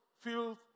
feels